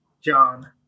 John